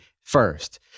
first